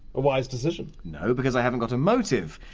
a wise decision. no, because i haven't got a motive!